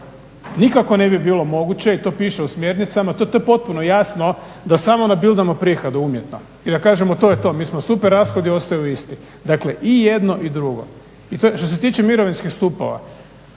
Nikako ne bi bilo moguće i to piše u smjernicama, to je potpuno jasno da samo nabildamo prihode umjetno i da kažemo to je to, mi smo super, rashodi ostaju isti. Dakle i jedno i drugo. Što se tiče mirovinskih stupova,